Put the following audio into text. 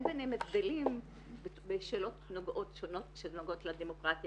ביניהם הבדלים בשאלות שנוגעות לדמוקרטיה